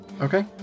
Okay